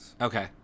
Okay